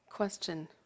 Question